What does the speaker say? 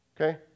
okay